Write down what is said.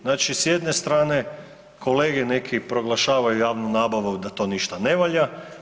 Znači, s jedne strane kolege neki proglašavaju javnu nabavu da to ništa ne valja.